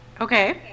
Okay